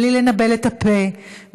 בלי לנבל את הפה,